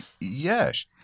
Yes